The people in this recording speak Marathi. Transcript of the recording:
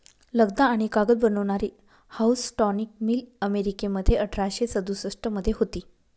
लगदा आणि कागद बनवणारी हाऊसटॉनिक मिल अमेरिकेमध्ये अठराशे सदुसष्ट मध्ये होती